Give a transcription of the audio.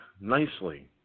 nicely